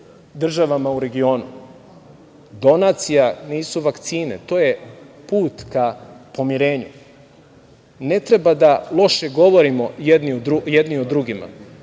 državama u regionu. Donacija nisu vakcine, to je put ka pomirenju. Ne treba da loše govorimo jedni o drugima.